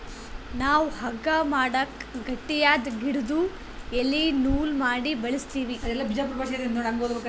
ನಾವ್ ಹಗ್ಗಾ ಮಾಡಕ್ ಗಟ್ಟಿಯಾದ್ ಗಿಡುದು ಎಲಿ ನೂಲ್ ಮಾಡಿ ಬಳಸ್ತೀವಿ